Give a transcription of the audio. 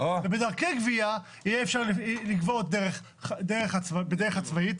ובדרכי גבייה יהיה אפשר לגבות בדרך עצמאית,